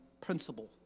principle